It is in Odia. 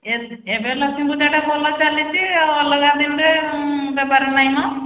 ଏବେ ଲକ୍ଷ୍ମୀପୂଜାଟା ଭଲ ଚାଲିଛି ଆଉ ଅଲଗା ଦିନରେ ବେପାର ନାହିଁ ମ